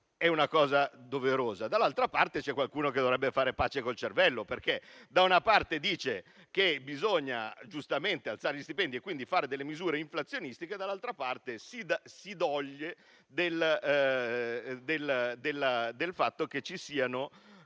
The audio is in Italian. doverosa. C'è qualcuno però che dovrebbe fare pace con il cervello, perché da una parte dice che bisogna giustamente alzare gli stipendi e quindi fare misure inflazionistiche e, dall'altra parte, si duole del fatto che, guarda